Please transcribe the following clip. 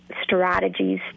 strategies